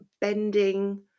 bending